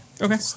Okay